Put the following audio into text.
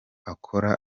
akora